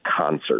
concert